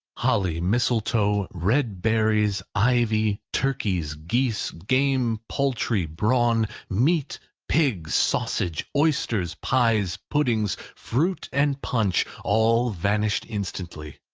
holly, mistletoe, red berries, ivy, turkeys, geese, game, poultry, brawn, meat, pigs, sausages, oysters, pies, puddings, fruit, and punch, all vanished instantly.